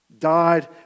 died